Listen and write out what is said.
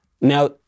Now